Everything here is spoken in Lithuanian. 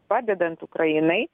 padedant ukrainai